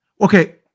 Okay